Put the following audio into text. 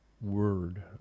Word